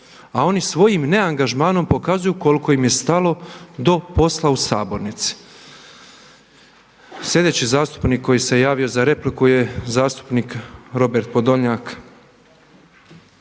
A oni svojim neangažmanom pokazuju koliko im je stalo do posla u sabornici. Sljedeći zastupnik koji se javio za repliku je zastupnik Robert Podolnjak.